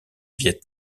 viêt